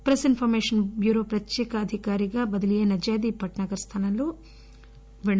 press information bureau ప్రత్యేక అధికారిగా బదిలీ అయిన జయదీప్ భట్న గర్ స్థానంలో ఎన్